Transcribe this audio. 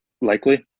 likely